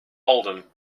oldham